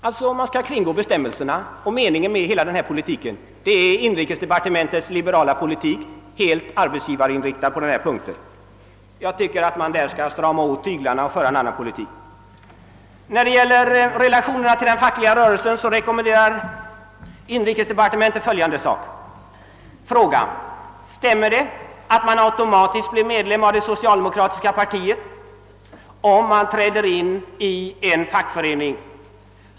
Bestämmelserna skall alltså kringgås. Meningen med denna inrikesdepartementets liberala politik är alltså att vara helt arbetsgivarinriktad. Jag tycker att man därvidlag skall strama åt tyglarna och föra en annan politik. När det gäller relationerna till den fackliga rörelsen rekommenderar inrikesdepartementet följande. Fråga: Stämmer det att man automatiskt blir medlem av det socialdemokratiska partiet om man träder in i en fackförening?